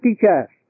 teacher